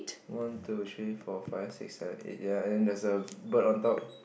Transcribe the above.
one two three four five six seven eight ya and then there's a bird on top